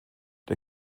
der